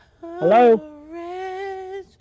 Hello